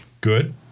Good